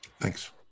Thanks